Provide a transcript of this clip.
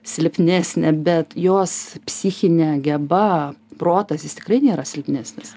silpnesnė bet jos psichinė geba protas jis tikrai nėra silpnesnis